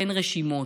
אין רשימות,